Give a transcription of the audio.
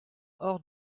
hors